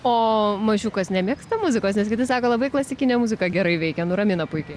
o mažiukas nemėgsta muzikos nes kiti sako labai klasikinė muzika gerai veikia nuramina puikiai